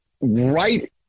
right